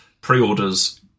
pre-orders